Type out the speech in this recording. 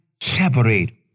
separate